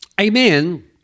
Amen